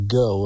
go